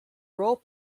role